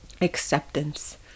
acceptance